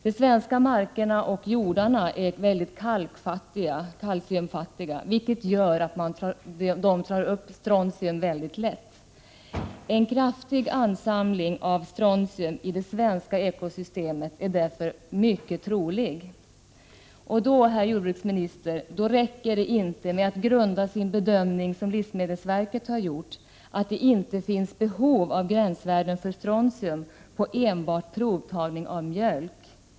De svenska markerna och jordarna är mycket kalciumfattiga, vilket gör att de lätt tar upp strontium. En kraftig ansamling av strontium i det svenska ekosystemet är därför mycket trolig. Och då, herr jordbruksminister, räcker det inte att som livsmedelsverket har gjort grunda sin bedömning att det inte finns behov av gränsvärde för strontium enbart på provtagning av mjölk.